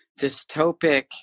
dystopic